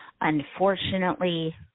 unfortunately